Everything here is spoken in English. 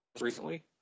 recently